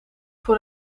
voor